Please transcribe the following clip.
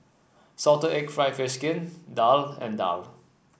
Salted Egg fried fish skin daal and daal